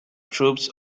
troops